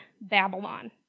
Babylon